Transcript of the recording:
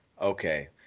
Okay